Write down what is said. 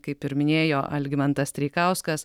kaip ir minėjo algimantas treikauskas